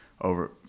over